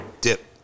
dip